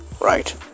Right